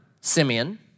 Simeon